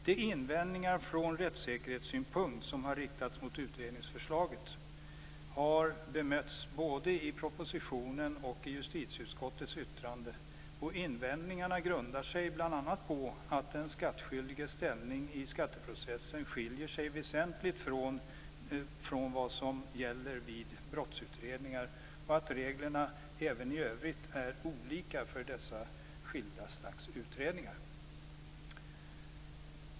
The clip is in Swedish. De invändningar från rättssäkerhetssynpunkt som har riktats mot utredningsförslaget har bemötts både i propositionen och i justitieutskottets yttrande. Invändningarna grundar sig bl.a. på att den skattskyldiges ställning i skatteprocessen skiljer sig väsentligt från vad som gäller vid brottsutredningar och att reglerna även i övrigt är olika för dessa skilda slags utredningar.